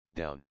down